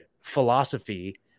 philosophy